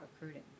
recruiting